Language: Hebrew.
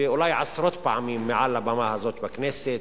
ואולי עשרות פעמים מעל הבמה הזאת בכנסת